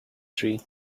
tree